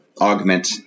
augment